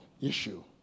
issue